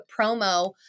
promo